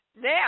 Now